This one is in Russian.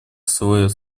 свой